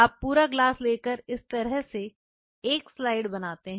आप पूरा ग्लास लेकर इस तरह से एक स्लाइड बनाते हैं